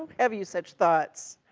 have you such thoughts,